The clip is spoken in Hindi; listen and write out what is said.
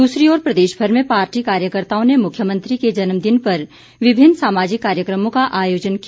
दूसरी ओर प्रदेशभर में पार्टी कार्यकर्ताओं ने मुख्यमंत्री के जन्मदिन पर विभिन्न सामाजिक कार्यक्रमों का आयोजन किया